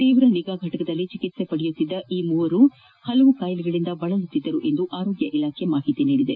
ತೀವ್ರ ನಿಗಾ ಫಟಕದಲ್ಲಿ ಚಿಕಿತ್ಸೆ ಪಡೆಯುತ್ತಿದ್ದ ಮೂವರು ವಿವಿಧ ಕಾಯಿಲೆಗಳಿಂದ ಬಳಲುತ್ತಿದ್ದರು ಎಂದು ಆರೋಗ್ಯ ಇಲಾಖೆ ಮಾಹಿತಿ ನೀಡಿದೆ